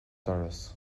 doras